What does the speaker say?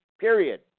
Period